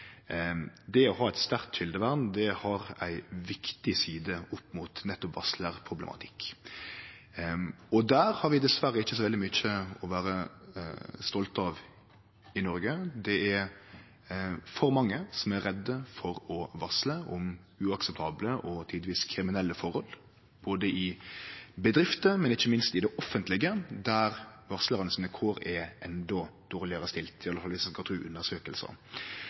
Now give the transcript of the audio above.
Det å ha eit sterkt kjeldevern har ei viktig side opp mot nettopp varslarproblematikk. Der har vi dessverre ikkje så veldig mykje å vere stolte av i Noreg. Det er for mange som er redde for å varsle om uakseptable og tidvis kriminelle forhold, både i bedrifter og ikkje minst i det offentlege, der kåra til varslarane er endå dårlegare, i alle fall om ein skal tru